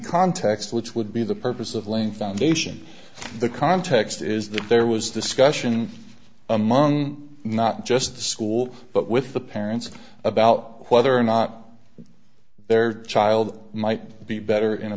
context which would be the purpose of laying foundation the context is that there was discussion among not just the school but with the parents about whether or not their child might be better in a